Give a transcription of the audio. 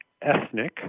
ethnic